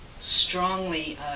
Strongly